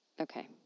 Okay